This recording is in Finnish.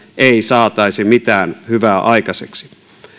ei saataisi mitään hyvää aikaiseksi